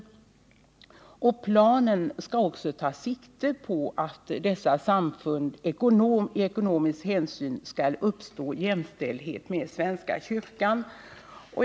Planen skall också ta sikte på att dessa samfund i ekonomiskt hänseende skall uppnå jämställdhet med svenska kyrkan.